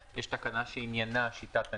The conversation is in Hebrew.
יש תקנה שעניינה שיטת הניקוד.